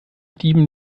dieben